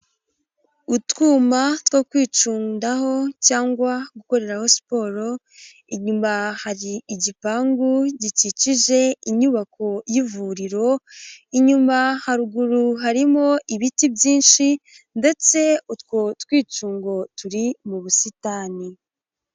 Utwuma two kwicundaho cyangwa gukorerayo siporo, inyuma hari igipangu gikikije inyubako y'ivuriro, inyuma haruguru harimo ibiti byinshi ndetse utwo twicungo turi mu busitani.